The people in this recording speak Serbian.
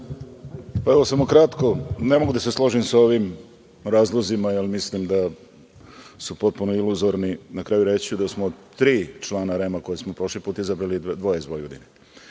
Pa, evo samo kratko, ne mogu da se složim sa ovim razlozima, jer mislim da su potpuno iluzorni. Na kraju reći ću da smo tri člana REM koje smo prošli put izabrali, dvoje iz